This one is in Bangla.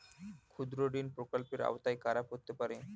ক্ষুদ্রঋণ প্রকল্পের আওতায় কারা পড়তে পারে?